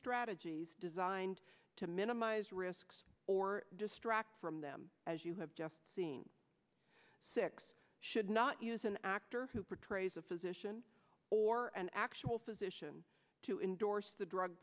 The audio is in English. strategies designed to minimize risks or distract from them as you have just seen six should not use an actor hooper trey's a physician or an actual physician to endorse the drug